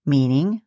Meaning